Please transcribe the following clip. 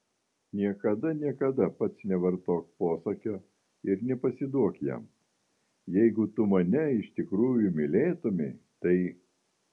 niekada niekada pats nevartok posakio ir nepasiduok jam jeigu tu mane iš tikrųjų mylėtumei tai